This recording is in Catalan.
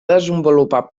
desenvolupar